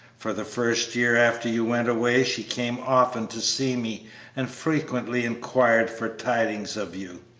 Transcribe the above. for the first year after you went away she came often to see me and frequently inquired for tidings of you,